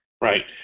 Right